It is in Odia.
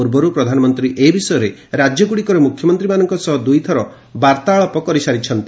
ପୂର୍ବରୁ ପ୍ରଧାନମନ୍ତ୍ରୀ ଏ ବିଷୟରେ ରାଜ୍ୟଗୁଡ଼ିକର ମୁଖ୍ୟମନ୍ତ୍ରୀମାନଙ୍କ ସହ ଦୁଇଥର ବାର୍ତ୍ତାଳାପ କରିସାରିଛନ୍ତି